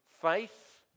Faith